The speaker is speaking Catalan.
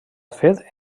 fet